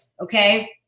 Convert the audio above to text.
okay